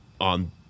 on